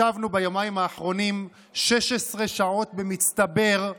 ישבנו ביומיים האחרונים 16 שעות במצטבר,